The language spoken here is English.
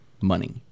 money